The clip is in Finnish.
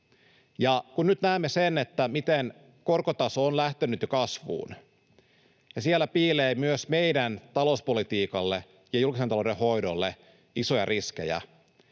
Kun nyt näemme, miten korkotaso on lähtenyt jo kasvuun, ja kun siellä piilee myös meidän talouspolitiikalle ja julkisen talouden hoidolle isoja riskejä,